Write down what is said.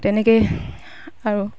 তেনেকৈয়ে আৰু